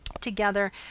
together